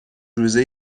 روزه